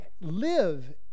live